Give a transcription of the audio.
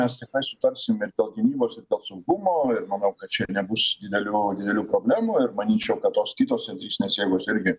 mes tiktai sutarsim ir dėl gynybos dėl saugumo ir manau kad čia nebus didelių didelių problemų ir manyčiau kad tos kitos centristinės jėgos irgi